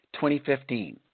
2015